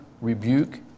rebuke